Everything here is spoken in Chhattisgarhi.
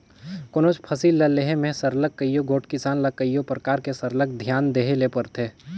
कोनोच फसिल ल लेहे में सरलग कइयो गोट किसान ल कइयो परकार ले सरलग धियान देहे ले परथे